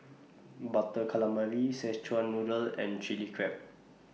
Butter Calamari Szechuan Noodle and Chilli Crab